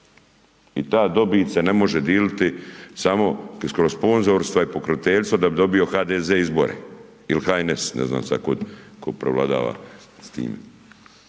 I ta dobit se ne može dijeliti samo kroz sponzorstva i pokroviteljstva, da bi dobio HDZ izbore. Ili HNS, ne znam sad tko prevladava s tim.